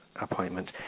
appointment